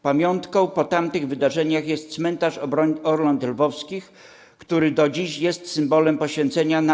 Pamiątką po tamtych wydarzeniach jest cmentarz Orląt Lwowskich, który do dziś jest symbolem poświęcenia na